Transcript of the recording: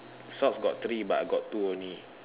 socks got three but I got two only